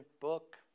book